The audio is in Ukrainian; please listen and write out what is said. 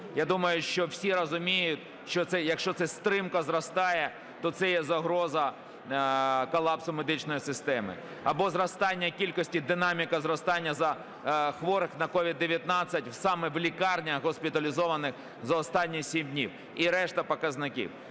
Я думаю, що всі розуміють, якщо це стрімко зростає, то це є загроза колапсу медичної системи. Або зростання кількості, динаміка зростання хворих на COVID-19 саме в лікарнях, госпіталізованих за останні 7 днів і решта показників.